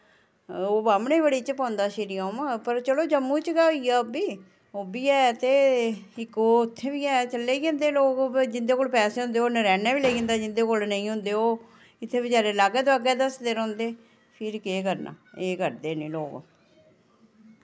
ओह् बाह्मणे बड़ी च पौंदा शिरी ओम पर चलो जम्मू च गै होइया ओह् बी ओह् ह् बि ऐ ते इक ओ उत्थै बी ऐ ते लेई जन्दे लोक जिन्दे कोल पैसे होंदे ओह् नारायणा बी लेई जन्दे जिन्दे कोल नेईं होंदे ओह इत्थै बचारे लाग्गै दागै दसदे रौंह्नदे फिर केह् करना एह् करदे न लोक